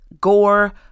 Gore